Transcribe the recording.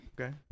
Okay